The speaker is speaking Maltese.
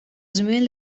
żmien